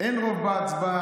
אין רוב בהצבעה,